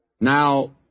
Now